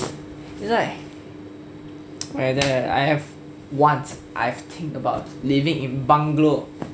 it's like I rather I have once I've think about living in bungalow